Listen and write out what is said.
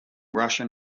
russian